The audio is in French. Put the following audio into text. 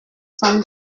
cent